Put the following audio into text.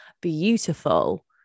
beautiful